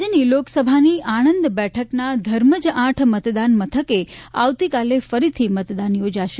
રાજ્યની લોકસભાની આણંદ બેઠકના ધર્મજ આઠ મતદાન મથકે આવતીકાલે ફરીથી મતદાન યોજાશે